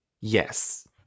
Yes